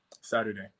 Saturday